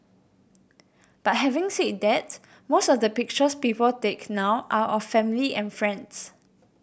but having said that most of the pictures people take now are of family and friends